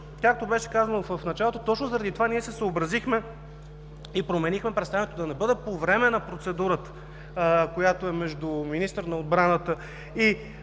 Както беше казано в началото, точно заради това ние се съобразихме и променихме представянията да не бъдат по време на процедурата, която е между министъра на отбраната и